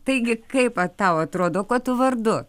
taigi kaip a tau atrodo kuo tu vardu